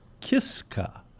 Kiska